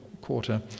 quarter